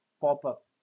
pop-up